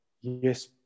yes